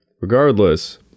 Regardless